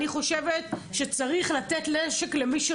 אני חושבת שצריך לתת נשק למי שראוי,